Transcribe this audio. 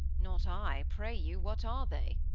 not i. pray you, what are they?